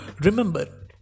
Remember